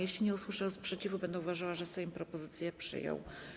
Jeśli nie usłyszę sprzeciwu, będę uważała, że Sejm propozycję przyjął.